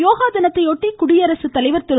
யோகா தினத்தையொட்டி குடியரசுத் தலைவர் திரு